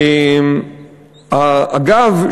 אגב,